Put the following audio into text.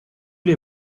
les